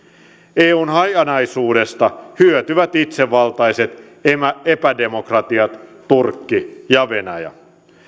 eun hajanaisuudesta hyötyvät itsevaltaiset epädemokratiat turkki ja venäjä